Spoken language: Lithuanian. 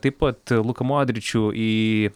taip pat luka modričių į